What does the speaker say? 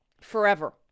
forever